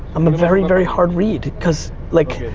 i'm a very, very hard read, cause, like,